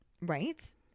Right